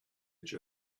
each